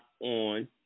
on